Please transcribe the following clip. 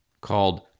called